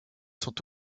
sont